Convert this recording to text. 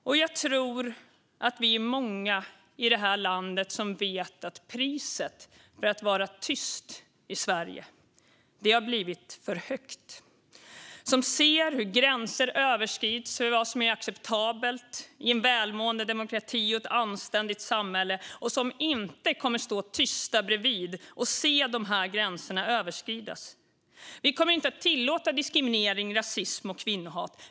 Och jag tror att vi är många i det här landet som vet att priset för att vara tyst i Sverige har blivit för högt, som ser hur gränser överskrids för vad som är acceptabelt i en välmående demokrati och ett anständigt samhälle och som inte kommer att stå tysta bredvid och se de här gränserna överskridas. Vi kommer inte att tillåta diskriminering, rasism och kvinnohat.